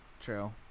True